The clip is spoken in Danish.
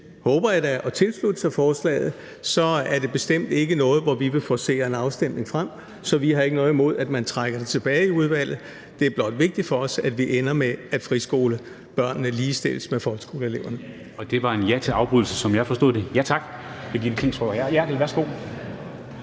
håber jeg da – at tilslutte sig forslaget, så er det bestemt ikke noget, hvor vi vil forcere en afstemning frem. Så vi har ikke noget imod, at man tager det tilbage i udvalget. Det er blot vigtigt for os, at vi ender med, at friskolebørnene ligestilles med folkeskoleeleverne.